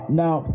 now